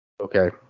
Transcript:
Okay